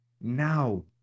Now